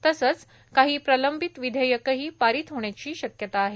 तसेच काही प्रलंबित विधेयकेही पारित होण्याची शक्यता आहे